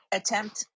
attempt